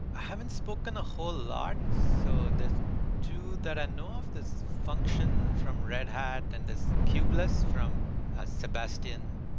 i haven't spoken a whole lot. so there's two that i know off that's function from red hat and there's cubeless from sebastian.